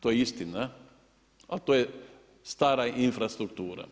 To je istina, ali to je stara infrastruktura.